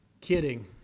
kidding